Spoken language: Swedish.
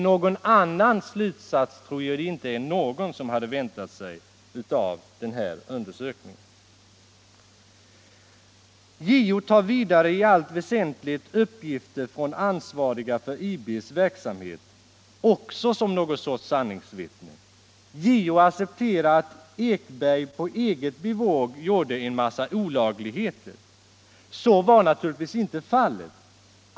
Någon annan slutsats tror jag ingen hade väntat sig av denna undersökning. JO tar vidare i allt väsentligt ansvariga för IB:s verksamhet också som någon sorts sanningsvittnen. JO accepterar att Ekberg på eget bevåg gjorde en massa olagligheter. Så var naturligtvis inte fallet.